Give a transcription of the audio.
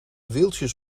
wieltjes